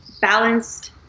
balanced